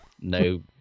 no